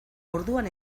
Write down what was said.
orduan